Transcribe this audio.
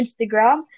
Instagram